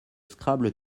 scrabble